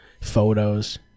photos